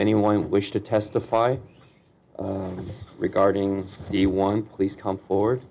anyone wish to testify regarding the one please come forward